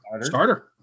starter